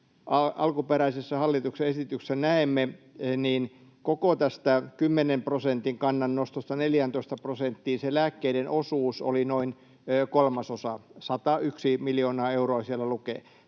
alkuperäisessä hallituksen esityksessä näemme, koko tästä 10 prosentin kannannostosta 14 prosenttiin lääkkeiden osuus oli noin kolmasosa, 101 miljoonaa euroa siellä lukee.